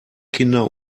kinder